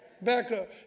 backup